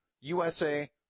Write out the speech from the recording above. USA